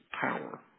power